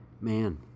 man